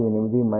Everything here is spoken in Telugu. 48 0